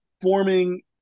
forming